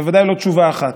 בוודאי לא תשובה אחת.